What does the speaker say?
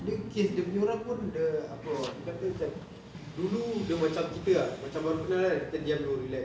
dia kes dia punya orang pun dia apa [tau] dia kata macam dulu dia macam kita macam baru kenal dia kata diam dulu relax